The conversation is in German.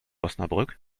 osnabrück